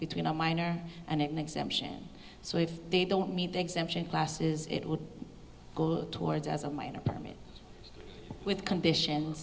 between a minor and it an exemption so if they don't meet the exemption classes it would towards as a minor permit with conditions